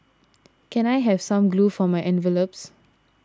can I have some glue for my envelopes